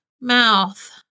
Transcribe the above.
mouth